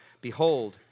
Behold